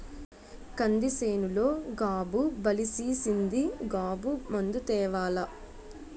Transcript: కంది సేనులో గాబు బలిసీసింది గాబు మందు తేవాల